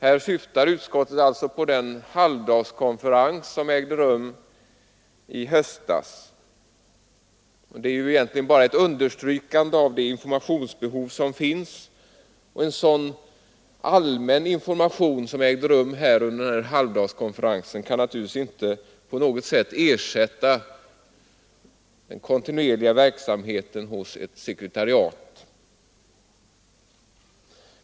Här syftar utskottet på den halvdagskonferens som ägde rum i höstas. Men denna är egentligen bara ett understrykande av det informationsbehov som finns. En sådan allmän information som gavs under denna halvdagskonferens kan naturligtvis inte på något sätt ersätta den kontinuerliga verksamheten i ett sekretariat.